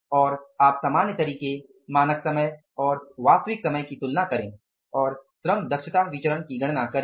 और आप सामान्य तरीके मानक समय और वास्तविक समय की तुलना करें और श्रम दक्षता विचरण की गणना करें